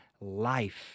life